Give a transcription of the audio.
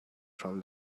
from